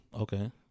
Okay